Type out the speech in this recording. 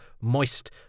moist